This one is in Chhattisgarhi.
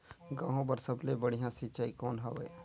गहूं बर सबले बढ़िया सिंचाई कौन हवय?